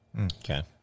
Okay